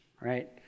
right